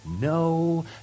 no